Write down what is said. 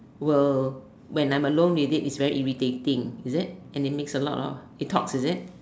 will when I'm alone with it it's very irritating is it and it makes a lot of it talks is it